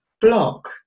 block